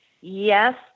Yes